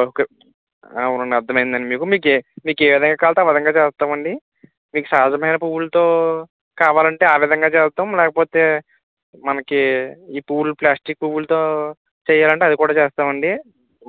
work అవును అండి అర్థమైంది అండి మీకు మీకు ఏవిధంగా కావాలంటే అలాగే చేస్తాము అండి మీకు సాధారణమైన పువ్వులతో కావాలంటే ఆవిధంగా చేస్తాం లేకపోతే మనకి ఈ పువ్వులు ప్లాస్టిక్ పువ్వులతో చేయాలి అంటే అది కూడా చేస్తాము అండి